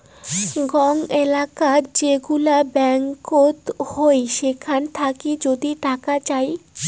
গং এলেকাত যেগুলা ব্যাঙ্কত হউ সেখান থাকি যদি টাকা চাই